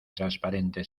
transparente